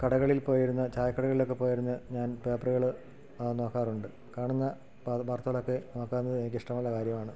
കടകളിൽ പോയിരുന്ന് ചായ കടകളിലൊക്കെ പോയിരുന്ന് ഞാൻ പേപ്പറുകൾ നോക്കാറുണ്ട് കാണുന്ന വാർത്തളൊക്കെ നോക്കുന്നത് എനിക്കിഷ്ടമുള്ള കാര്യമാണ്